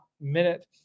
minute